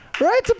Right